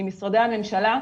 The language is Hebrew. ממשרדי הממשלה,